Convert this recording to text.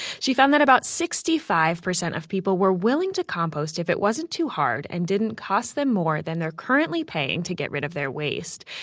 she found that about sixty five percent of people were willing to compost if it wasn't too hard and didn't cost them more than they're currently paying to get rid of their waste.